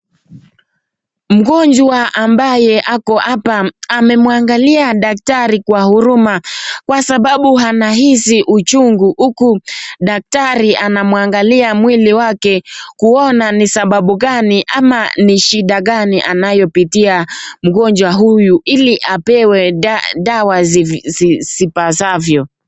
Mgonjwa ambaye ako hapa amemwangalia daktari kwa huruma kwa sababu anahisi uchungu huku daktari anamwangalia mwili wake kuona ni sababu gani ama ni shida gani anayopitia mgonjwa huyu, ili apewe dawa zipasavyo.